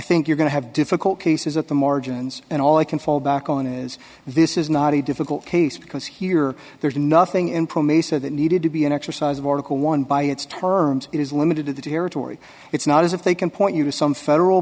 think you're going to have difficult cases at the margins and all i can fall back on is this is not a difficult case because here there's nothing in pro may say that needed to be an exercise of article one by its terms it is limited to the territory it's not as if they can point you to some federal